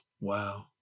Wow